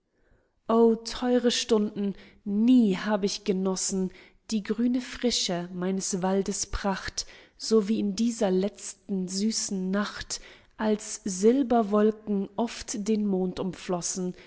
theure stunden nie hab ich genossen die grüne frische meines waldes pracht so wie in dieser letzten süßen nacht als silberwolken oft den mond umflossen